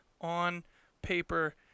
on-paper